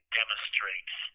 demonstrates